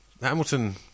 Hamilton